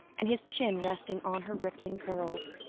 and his chin resting on her rippling curls,